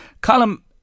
Column